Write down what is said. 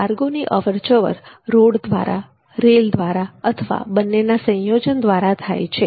કાર્ગોની અવરજવર રોડ દ્વારા રેલ દ્વારા અથવા બંનેના સંયોજન દ્વારા થાય છે